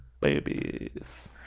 babies